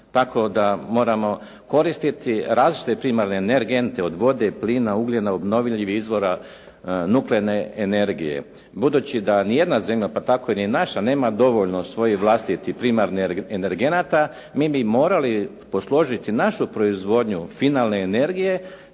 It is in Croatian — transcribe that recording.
tako da moramo koristiti različite primarne energente od vode, plina, ugljena, obnovljivih izvora, nuklearne energije. Budući da nijedna zemlja, pa tako ni naša, nema dovoljno svojih vlastitih primarnih energenata mi bi morali posložiti našu proizvodnju finalne energije